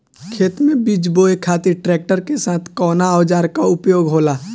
खेत में बीज बोए खातिर ट्रैक्टर के साथ कउना औजार क उपयोग होला?